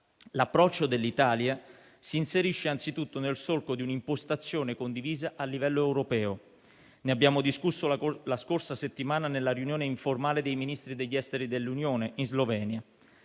L'approccio dell'Italia si inserisce anzitutto nel solco di un'impostazione condivisa a livello europeo, ne abbiamo discusso la scorsa settimana nella riunione informale dei Ministri degli esteri dell'Unione in Slovenia.